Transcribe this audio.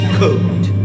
code